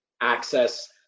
access